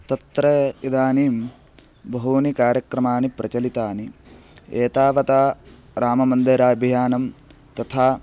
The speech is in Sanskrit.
तत्र इदानीं बहूनि कार्यक्रमाणि प्रचलितानि एतावता राममन्दिराभियानं तथा